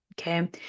Okay